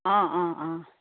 অঁ অঁ অঁ